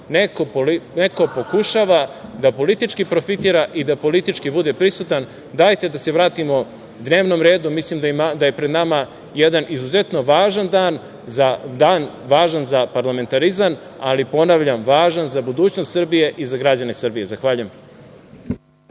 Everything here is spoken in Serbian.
neko pokušava da politički profitira i da politički bude prisutan, dajte da se vratimo dnevnom redu, mislim da je pred nama jedan izuzetno važan dan, dan važan za parlamentarizam, ali ponavljam, važan za budućnost Srbije i za građane Srbije. Zahvaljujem.